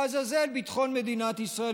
לעזאזל ביטחון מדינת ישראל,